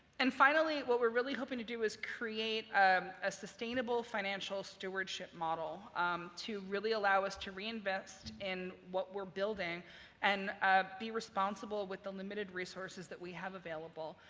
and finally, what we're really hoping to do is create a sustainable financial stewardship model um to really allow us to reinvest in what we're building and be responsible with the limited resources that we have available.